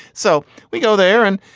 so we go there and.